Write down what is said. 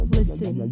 listen